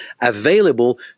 available